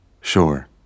Sure